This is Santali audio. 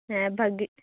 ᱦᱮᱸ ᱵᱷᱟ ᱜᱮ